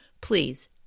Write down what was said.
please